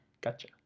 Gotcha